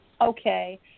okay